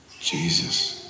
Jesus